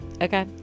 Okay